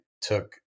took